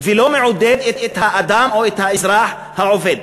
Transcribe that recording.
ולא מעודד את האדם או את האזרח העובד.